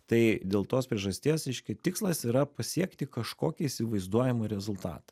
tai dėl tos priežasties reiškia tikslas yra pasiekti kažkokį įsivaizduojamą rezultatą